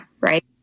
right